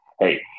hey